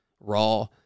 raw